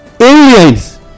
aliens